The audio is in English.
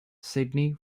sidney